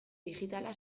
digitala